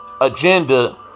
agenda